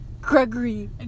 Gregory